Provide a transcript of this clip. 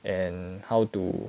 and how to